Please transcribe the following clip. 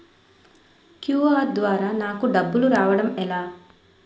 QR ద్వారా నాకు డబ్బులు రావడం ఎలా?